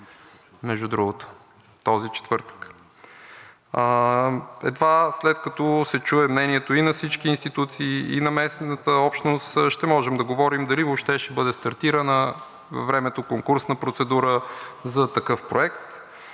между другото – този четвъртък. Едва след като се чуе мнението и на всички институции, и на местната общност, ще можем да говорим дали въобще ще бъде стартирана във времето конкурсна процедура за такъв проект.